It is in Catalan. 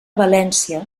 valència